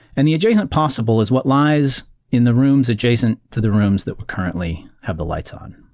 and the adjacent possible is what lies in the rooms adjacent to the rooms that we currently have the lights on.